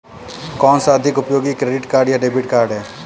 कौनसा अधिक उपयोगी क्रेडिट कार्ड या डेबिट कार्ड है?